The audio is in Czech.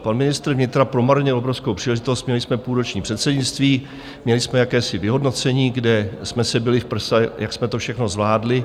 Pan ministr vnitra promarnil obrovskou příležitost, měli jsme půlroční předsednictví, měli jsme jakési vyhodnocení, kde jsme se bili v prsa, jak jsme to všechno zvládli.